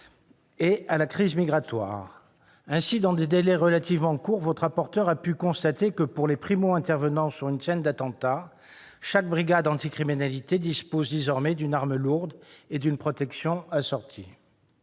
et à la crise migratoire. Ainsi, dans des délais relativement courts, votre rapporteur a pu constater que pour les primo-intervenants sur une scène d'attentat, chaque brigade anticriminalité dispose désormais d'une arme lourde et d'une protection assortie.